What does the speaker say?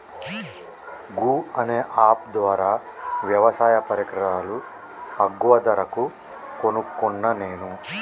గూ అనే అప్ ద్వారా వ్యవసాయ పరికరాలు అగ్వ ధరకు కొనుకున్న నేను